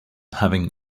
having